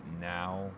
now